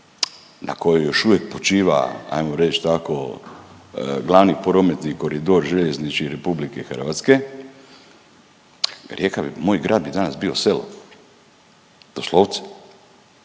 na kojoj još uvijek počiva, ajmo reći, tako, glavni prometni koridor željezničke RH, Rijeka bi, moj grad bi danas bio selo. Doslovce.